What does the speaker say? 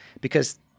because-